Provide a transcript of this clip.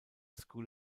school